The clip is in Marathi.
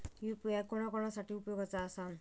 यू.पी.आय कोणा कोणा साठी उपयोगाचा आसा?